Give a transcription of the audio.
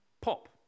pop